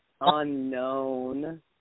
unknown